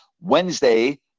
Wednesday